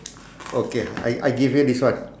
okay I I give you this one